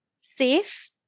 safe